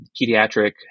pediatric